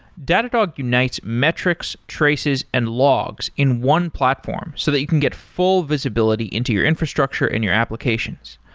datadog unites metrics, traces and logs in one platform so that you can get full visibility into your infrastructure and your applications.